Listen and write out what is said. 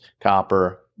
copper